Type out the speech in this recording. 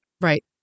right